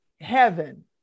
heaven